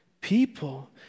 people